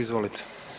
Izvolite.